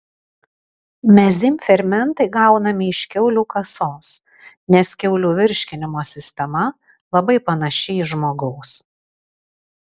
mezym fermentai gaunami iš kiaulių kasos nes kiaulių virškinimo sistema labai panaši į žmogaus